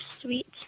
sweet